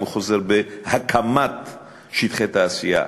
האם הוא חוזר בהקמת שטחי תעשייה,